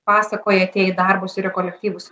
pasakoja atėję į darbus ir į kolektyvus